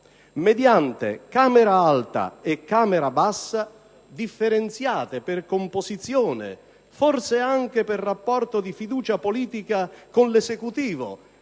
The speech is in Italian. mediante Camera alta e Camera bassa differenziate per composizione, forse anche per rapporto di fiducia politica con l'Esecutivo,